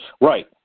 Right